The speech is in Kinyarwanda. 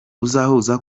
uzahuza